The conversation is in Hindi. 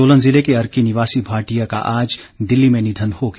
सोलन जिले के अर्की निवासी भाटिया का आज दिल्ली में निधन हो गया